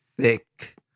thick